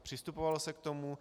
Přistupovalo se k tomu.